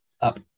up